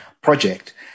project